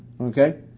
Okay